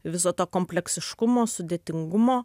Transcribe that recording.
viso to kompleksiškumo sudėtingumo